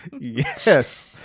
Yes